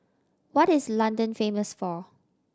what is London famous for